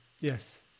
Yes